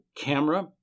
camera